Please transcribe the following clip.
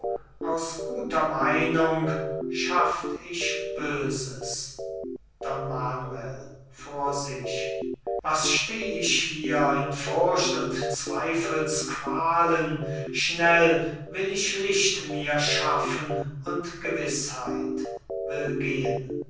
aus guter meinung schafft ich böses don manuel vor sich was steh ich hier in furcht und zweifelsqualen schnell will ich licht mir schaffen und gewißheit will gehen